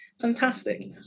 fantastic